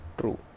true